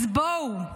אז בואו.